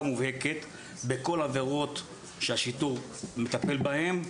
מובהקת בכל העבירות שהשיטור מטפל בהן,